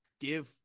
give